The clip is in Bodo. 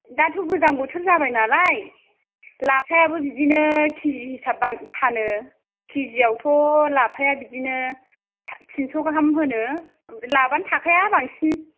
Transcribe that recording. दाथ' गोजां बोथोर जाबाय नालाय लाफायाबो बिदिनो केजि हिसाब बानो फानो केजिआवथ' लाफाया बिदिनो थिनस' गाहाम होनो लाभआनो थाखाया बांसिन